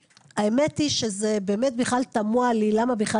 האמת היא שזה באמת בכלל תמוה לי למה בכלל